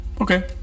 Okay